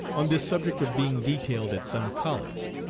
on this subject of being detailed at some college.